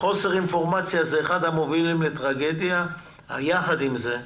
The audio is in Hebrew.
חוסר אינפורמציה הוא אחד המובילים לטרגדיה אבל יחד עם זה,